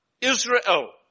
Israel